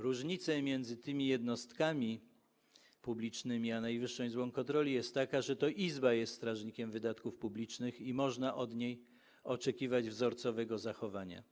Różnica między tymi jednostkami publicznymi a Najwyższą Izbą Kontroli jest taka, że to Izba jest strażnikiem wydatków publicznych i można oczekiwać od niej wzorcowego zachowania.